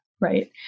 Right